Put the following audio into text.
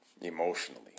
emotionally